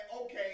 okay